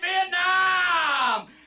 Vietnam